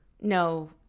No